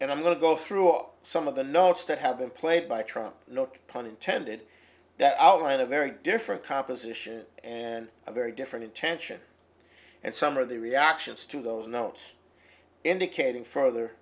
and i'm going to go through are some of the notes that have been played by trump no pun intended that outline a very different composition and a very different intention and some of the reactions to those notes indicating further